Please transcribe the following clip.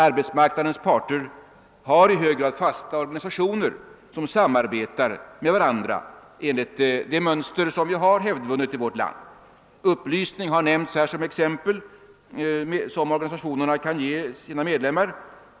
Arbetsmarknadens parter har ofta fasta organisationer som samarbetar med varandra enligt ett mönster som är hävdvunnet i vårt land. Här har också nämnts att organisationerna kan meddela upplysning till sina medlemmar.